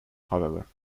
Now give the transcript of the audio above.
however